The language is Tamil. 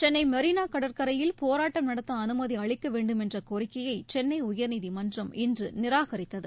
சென்னை மெரினா கடற்கரையில் போராட்டம் நடத்த அனுமதி அளிக்க வேண்டுமென்ற கோரிக்கையை சென்னை உயர்நீதிமன்றம் இன்று நிராகரித்தது